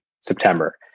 September